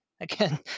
again